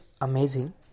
amazing